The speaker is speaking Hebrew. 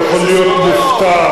אתה יכול להיות מופתע.